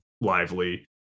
lively